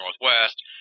Northwest